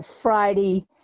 Friday